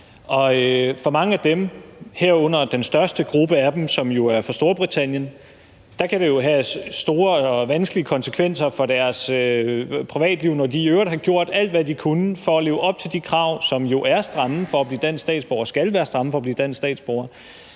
for mange af dem, herunder den største gruppe, som jo er fra Storbritannien, kan det have store og vanskelige konsekvenser for deres privatliv, når de i øvrigt har gjort alt, hvad de kunne for at leve op til de krav, som jo er stramme, for at blive dansk statsborger, og som skal være stramme for at blive dansk statsborger.